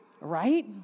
Right